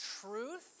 truth